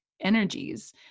energies